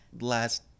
last